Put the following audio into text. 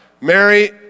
Mary